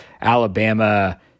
Alabama